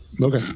Okay